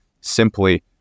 simply